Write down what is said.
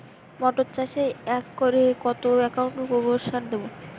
মটর চাষে একরে কত কুইন্টাল গোবরসার দেবো?